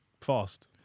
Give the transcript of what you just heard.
fast